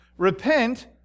Repent